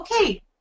okay